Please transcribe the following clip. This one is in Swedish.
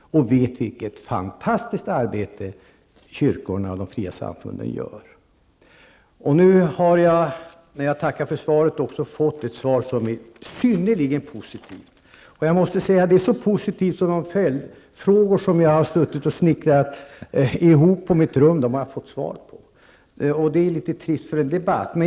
och vi vet vilket fantastiskt arbete kyrkorna och de fria samfunden gör. Jag har nu fått ett svar som är synnerligen positivt. Det är så positivt att jag redan har fått svar på de följdfrågor jag har snickrat ihop på mitt rum. Detta är en litet trist utgångspunkt för en debatt.